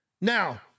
Now